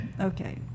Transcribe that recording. Okay